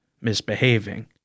Misbehaving